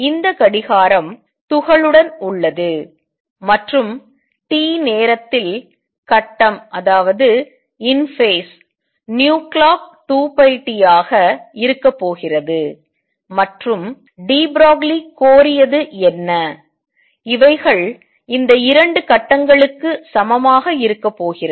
இந்த கடிகாரம் துகளுடன் உள்ளது மற்றும் t நேரத்தில் கட்டம் clock2πt ஆக இருக்க போகிறது மற்றும் டி ப்ரோக்லி கோரியது என்ன இவைகள் இந்த இரண்டு கட்டங்களுக்கு சமமாக இருக்க போகிறது